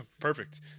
perfect